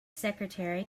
secretary